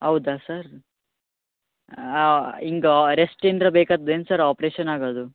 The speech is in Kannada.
ಹೌದಾ ಸರ್ ಹಿಂಗ್ ರೆಸ್ಟಿಂದರ ಬೇಕಾದ್ದೇನು ಆಪ್ರೇಷನ್ ಆಗೋದು